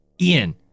Ian